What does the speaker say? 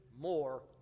more